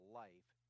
life